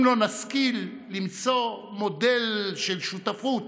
אם לא נשכיל למצוא מודל של שותפות